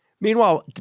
Meanwhile